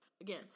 again